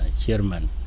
chairman